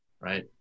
Right